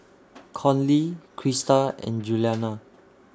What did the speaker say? Conley Crista and Giuliana